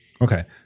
Okay